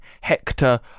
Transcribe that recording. Hector